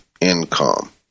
income